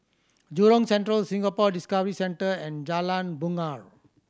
Jurong Central Singapore Discovery Centre and Jalan Bungar